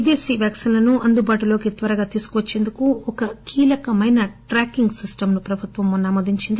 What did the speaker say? విదేశీ వ్యాక్సిన్లను అందుబాటులోకి మరింత త్వరగా తీసుకువచ్చేందుకు ఒక కీలకమైన ట్రాకింగ్ సిస్టమ్ ను ప్రభుత్వం మొన్న ఆమోదించింది